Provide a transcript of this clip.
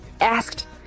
asked